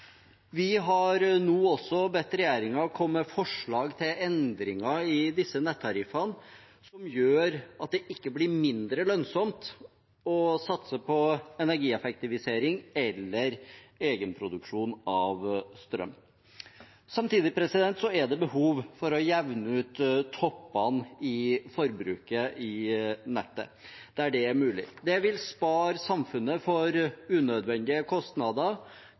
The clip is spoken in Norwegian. Vi har nå også bedt regjeringen komme med forslag til endringer i disse nettariffene som gjør at det ikke blir mindre lønnsomt å satse på energieffektivisering eller egenproduksjon av strøm. Samtidig er det behov for å jevne ut toppene i forbruket i nettet der det er mulig. Det vil spare samfunnet for unødvendige kostnader